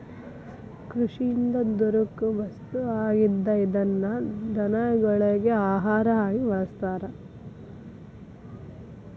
ಕೃಷಿಯಿಂದ ದೊರಕು ವಸ್ತು ಆಗಿದ್ದ ಇದನ್ನ ದನಗೊಳಗಿ ಆಹಾರಾ ಆಗಿ ಬಳಸ್ತಾರ